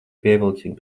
pievilcīga